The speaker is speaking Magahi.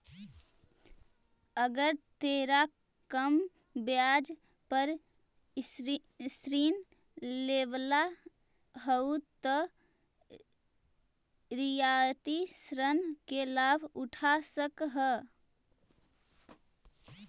अगर तोरा कम ब्याज पर ऋण लेवेला हउ त रियायती ऋण के लाभ उठा सकऽ हें